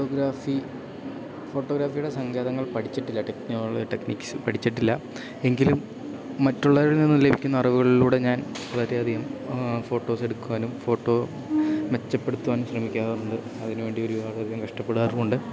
photography ഫോട്ടോഗ്രാഫിയുടെ സങ്കേതങ്ങൾ പഠിച്ചിട്ടില്ല ടെക്നോള് ടെക്നിക്സ് പഠിച്ചിട്ടില്ല എങ്കിലും മറ്റുള്ളവരിൽ നിന്നും ലഭിക്കുന്ന അറിവുകളിലൂടെ ഞാൻ വളരെയധികം ഫോട്ടോസെടുക്കുവാനും ഫോട്ടോ മെച്ചപ്പെടുത്തുവാനും ശ്രമിക്കാറുണ്ട് അതിനു വേണ്ടി ഒരുപാടധികം കഷ്ടപ്പെടാറുമുണ്ട്